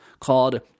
called